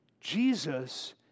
Jesus